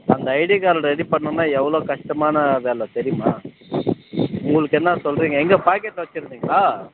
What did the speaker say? அந்த ID card ready பண்ணனுன்னா எவ்வளோ கஷ்டமான வேலை தெரியுமா உங்களுக்கு என்ன சொல்லுறிங்க எங்கே பாக்கெட்டில் வச்சுருந்திங்களா